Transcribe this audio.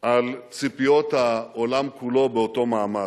על ציפיות העולם כולו באותו מעמד,